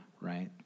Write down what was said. right